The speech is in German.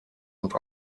und